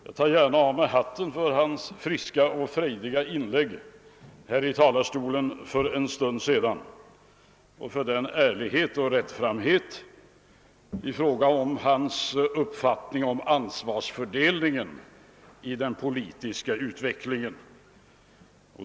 Jag tar gärna av mig hatten för hans friska och frejdiga inlägg från kammarens talarstol för en stund sedan och för den ärlighet och rättframhet han ådagalade i sin uppfattning om ansvarsfördelningen i den politiska utvecklingen.